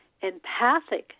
empathic